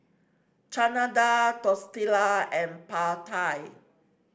Chana Dal Tortilla and Pad Thai